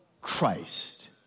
Christ